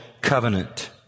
covenant